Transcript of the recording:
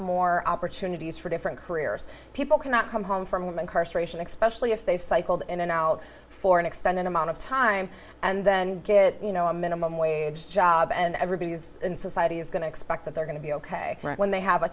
more opportunities for different careers people cannot come home from women karst ration expression if they've cycled in and out for an extended amount of time and then get you know a minimum wage job and everybody's in society is going to expect that they're going to be ok when they have a